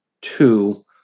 two